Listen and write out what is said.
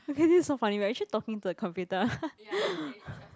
okay this is so funny we're actually talking to a computer